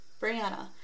Brianna